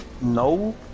no